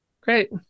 Great